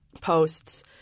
posts